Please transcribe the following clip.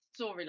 storyline